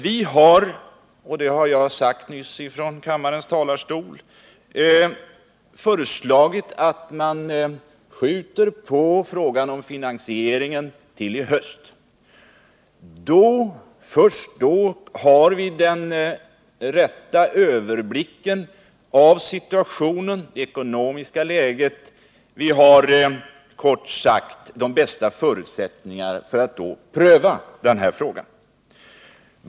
Vi har — och det har jag sagt nyss från kammarens talarstol — föreslagit att man skjuter på frågan om finansiering till i höst. Först då har vi den rätta överblicken över det ekonomiska läget. Vi har då kort sagt de bäst förutsättningarna för att pröva den här frågan.